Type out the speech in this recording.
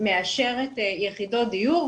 מאשרת יחידות דיור,